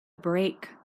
break